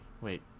Wait